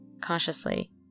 consciously